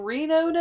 Reno